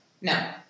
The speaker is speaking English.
no